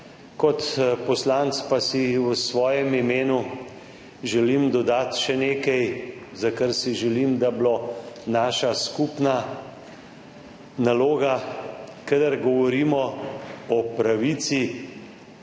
Kot poslanec želim v svojem imenu dodati še nekaj, za kar si želim, da bi bila naša skupna naloga. Kadar govorimo o pravici,